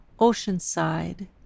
oceanside